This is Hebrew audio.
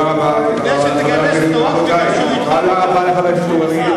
תודה רבה לחבר הכנסת אורי אריאל,